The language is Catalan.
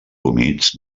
humits